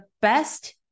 best